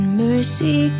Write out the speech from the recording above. mercy